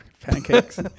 Pancakes